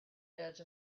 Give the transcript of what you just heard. edge